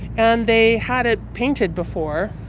and they had it painted before,